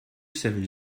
seven